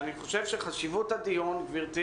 אני חושב שחשיבות הדיון, גברתי